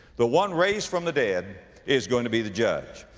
the one raised from the dead is going to be the judge.